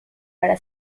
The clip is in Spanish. para